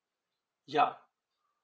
ya